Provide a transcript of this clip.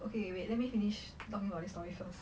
okay wait let me finish talking about this story first